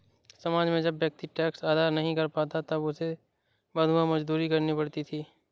समाज में जब व्यक्ति टैक्स अदा नहीं कर पाता था तब उसे बंधुआ मजदूरी करनी पड़ती थी